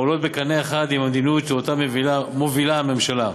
העולות בקנה אחד עם המדיניות שמובילה הממשלה.